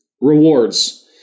Rewards